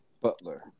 Butler